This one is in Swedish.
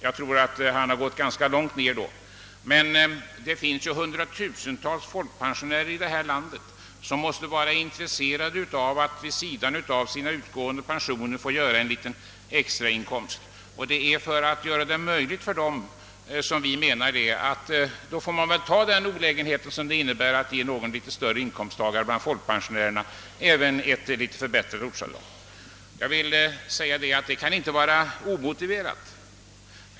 Jag tror att han har gått ganska långt ner då, men det finns ju hundratusentals folkpensionärer i detta land som måste vara intresserade av att vid sidan av sina utgående pensioner kunna göra sig en liten extrainkomst, och det är för att göra detta möjligt för dem som vi menar att man väl får ta den olägenhet som det innebär att även ge någon litet större inkomsttagare bland folkpensionärerna ett något större ortsavdrag. Jag vill säga att detta inte kan vara omotiverat.